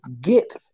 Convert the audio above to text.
get